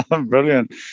Brilliant